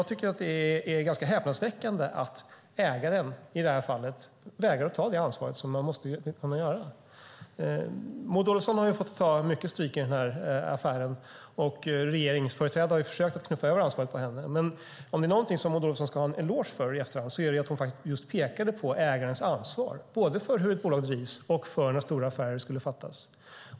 Det är ganska häpnadsväckande att ägaren i detta fall vägrar att ta det ansvar som man måste ta. Maud Olofsson har fått ta mycket stryk i denna affär, och regeringsföreträdare har försökt knuffa över ansvaret på henne. Men om det är någonting som Maud Olofsson ska ha en eloge för i efterhand är det att hon faktiskt pekade just på ägarens ansvar, både för hur ett bolag drivs och för beslut om stora affärer.